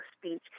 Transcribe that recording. speech